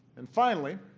and finally,